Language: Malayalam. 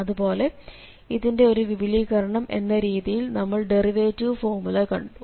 അതുപോലെ ഇതിന്റെ ഒരു വിപുലീകരണം എന്ന രീതിയിൽ നമ്മൾ ഡെറിവേറ്റിവ് ഫോർമുല കണ്ടു